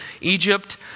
Egypt